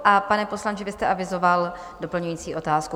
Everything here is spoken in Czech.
A pane poslanče, vy jste avizoval doplňující otázku.